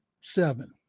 seven